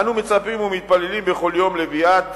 אנו מצפים ומתפללים בכל יום לביאת